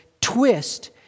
twist